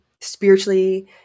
spiritually